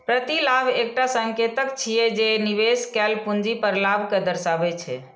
प्रतिलाभ एकटा संकेतक छियै, जे निवेश कैल पूंजी पर लाभ कें दर्शाबै छै